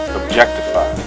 objectify